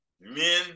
men